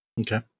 Okay